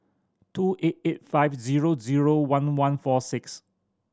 two eight eight five zero zero one one four six